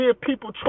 people